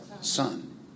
son